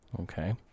Okay